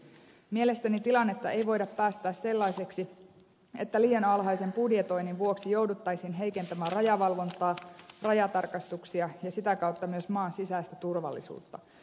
mielestäni tilannetta ei voida päästää sellaiseksi että liian alhaisen budjetoinnin vuoksi jouduttaisiin heikentämään rajavalvontaa rajatarkastuksia ja sitä kautta myös maan sisäistä turvallisuutta